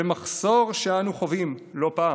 ומחסור שאנו חווים לא פעם.